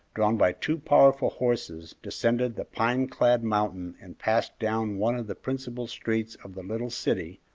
drawn by two powerful horses, descended the pine-clad mountain and passed down one of the principal streets of the little city,